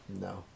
no